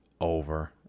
over